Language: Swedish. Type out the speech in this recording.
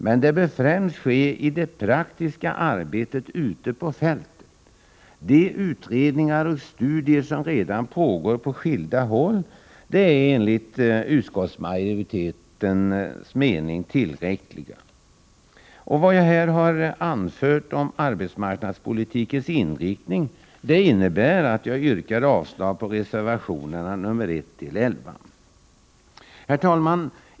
Men det bör främst ske i det praktiska arbetet ute på fältet. De utredningar och studier som redan pågår på skilda håll är enligt utskottsmajoritetens mening tillräckliga. Vad jag här har anfört om arbetsmarknadspolitikens inriktning innebär att jag yrkar avslag på reservationerna nr 1-11. Herr talman!